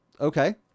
Okay